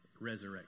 resurrection